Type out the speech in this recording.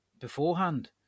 beforehand